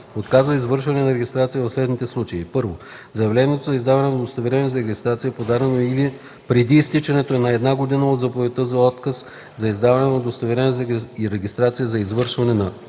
отказва извършване на регистрация в следните случаи: 1. заявлението за издаване на удостоверение за регистрация е подадено преди изтичането на една година от заповедта за отказ за издаване на удостоверение за регистрация за извършване на